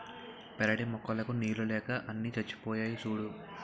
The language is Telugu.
పెరటి మొక్కలకు నీళ్ళు లేక అన్నీ చచ్చిపోయాయి సూడూ